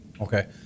Okay